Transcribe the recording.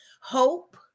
hope